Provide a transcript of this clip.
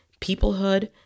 peoplehood